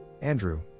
Andrew